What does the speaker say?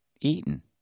eaten